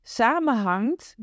samenhangt